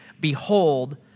behold